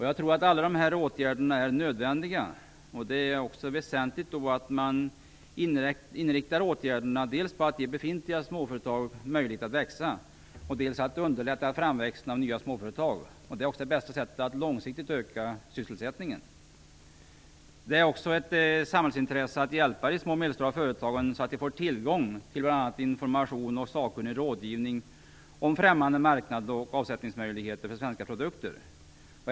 Jag tror att alla dessa åtgärder är nödvändiga. Det är också väsentligt att man inriktar åtgärderna dels på att ge befintliga småföretag möjlighet att växa, dels på att underlätta framväxten av nya småföretag. Det är också det bästa sättet att långsiktigt öka sysselsättningen. Det är också ett samhällsintresse att hjälpa de små och medelstora företagen så att de får tillgång till bl.a. information och sakkunnig rådgivning om främmande marknader och avsättningsmöjligheter för svenska produkter.